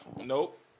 Nope